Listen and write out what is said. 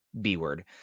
b-word